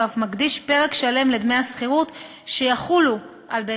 והוא אף מקדיש פרק שלם לדמי השכירות שיחולו על בית-עסק.